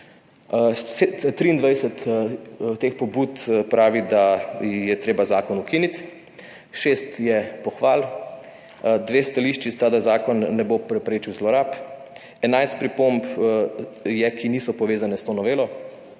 23 teh pobud pravi, da je treba zakon ukiniti, 6 je pohval, 2 stališči sta, da zakon ne bo preprečil zlorab, 11 pripomb je, ki niso povezane s to novelo,